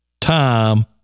time